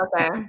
okay